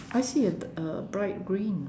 I see a a bright green